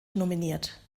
nominiert